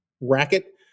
racket